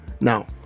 Now